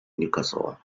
newcastle